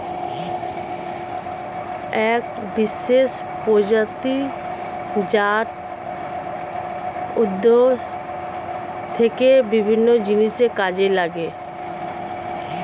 এক বিশেষ প্রজাতি জাট উদ্ভিদ থেকে বিভিন্ন জিনিস কাজে লাগে